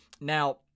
Now